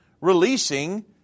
releasing